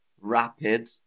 rapid